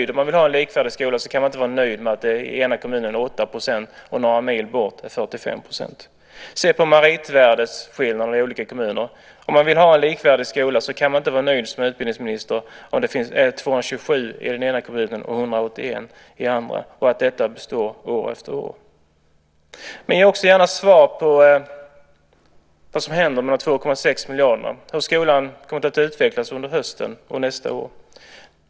Om man vill ha en likvärdig skola kan man inte vara nöjd med att det i den ena kommunen är 8 % och att det några mil bort är 45 %. Vi kan se på meritvärdesskillnaden mellan olika kommuner. Om man vill ha en likvärdig skola kan man inte vara nöjd som utbildningsminister om det genomsnittliga meritvärdet är 227 i den ena kommunen och 181 i den andra och att detta består år efter år. Jag vill också gärna ha svar på vad som händer med de 2,6 miljarderna. Hur kommer skolan att utvecklas under hösten och nästa år?